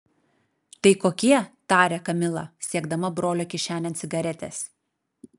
tai kokie tarė kamila siekdama brolio kišenėn cigaretės